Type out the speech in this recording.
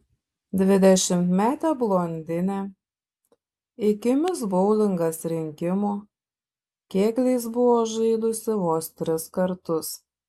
dvidešimtmetė blondinė iki mis boulingas rinkimų kėgliais buvo žaidusi vos tris kartus